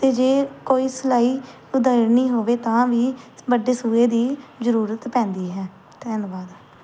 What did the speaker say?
ਅਤੇ ਜੇ ਕੋਈ ਸਿਲਾਈ ਉਧੇੜਨੀ ਹੋਵੇ ਤਾਂ ਵੀ ਵੱਡੇ ਸੂਏ ਦੀ ਜ਼ਰੂਰਤ ਪੈਂਦੀ ਹੈ ਧੰਨਵਾਦ